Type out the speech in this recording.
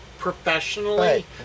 Professionally